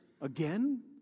Again